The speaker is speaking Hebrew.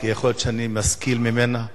כי יכול להיות שאני משכיל ממנה משהו.